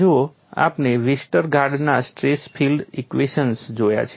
જુઓ આપણે વેસ્ટરગાર્ડના stress field equations Westergaard's stress field equations જોયા છે